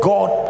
God